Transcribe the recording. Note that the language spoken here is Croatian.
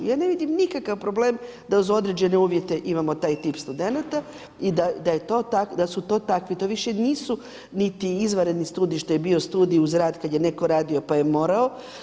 Ja ne vidim nikakav problem da uz određene uvjete imamo taj tip studenata i da su to takvi, to više nisu niti izvanredni studij što je bio studij uz rad kad je netko radio pa je morao.